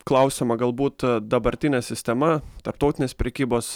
klausiama galbūt dabartinė sistema tarptautinės prekybos